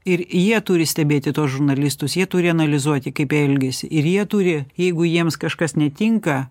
ir jie turi stebėti tuos žurnalistus jie turi analizuoti kaip elgiasi ir jie turi jeigu jiems kažkas netinka